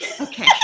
Okay